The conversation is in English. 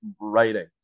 writing